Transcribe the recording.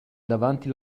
davanti